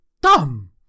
dumb